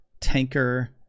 tanker